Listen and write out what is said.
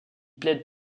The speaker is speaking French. plaide